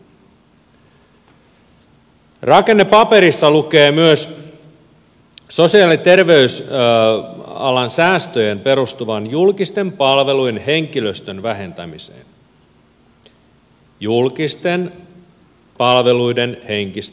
rakennepaperissa lukee myös sosiaali ja terveysalan säästöjen perustuvan julkisten palveluiden henkilöstön vähentämiseen julkisten palveluiden henkilöstön vähentämiseen